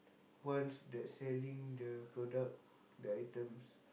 ones that selling the product the items